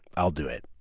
i'll do it.